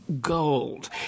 gold